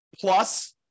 plus